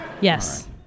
Yes